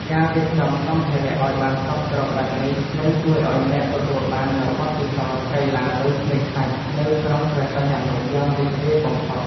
ការរៀបចំសម្ភារៈឱ្យបានសព្វគ្រប់បែបនេះ នឹងជួយឱ្យអ្នកទទួលបាននូវបទពិសោធន៍កីឡាលើឆ្នេរខ្សាច់នៅក្រុងព្រះសីហនុយ៉ាងរីករាយបំផុត។